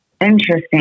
Interesting